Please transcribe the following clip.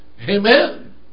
Amen